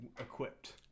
equipped